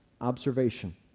observation